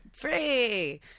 free